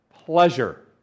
pleasure